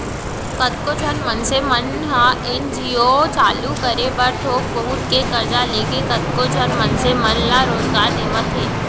कतको झन मनखे मन ह एन.जी.ओ चालू करे बर थोक बहुत के करजा लेके कतको झन मनसे मन ल रोजगार देवत हे